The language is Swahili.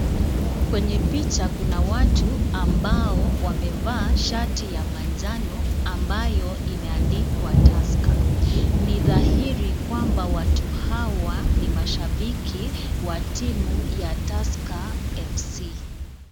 Kwenye picha kuna watu ambao wamevaa shati ya manjano ambayo imeandikwa tusker. Ni dhahiri kwamba watu hawa ni mashabiki wa timu ya tusker fc.